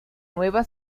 nueva